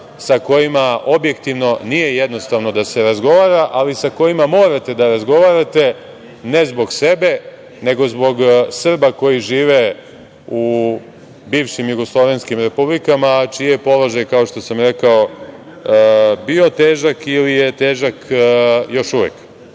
sa kojima objektivno nije jednostavno da se razgovara, ali sa kojima morate da razgovarate, ne zbog sebe, nego zbog Srbija koji žive u bivšim jugoslovenskim republikama, a čiji je položaj, kao što sam rekao, bio težak ili je težak još uvek. Peti